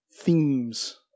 themes